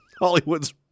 Hollywood's